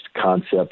concepts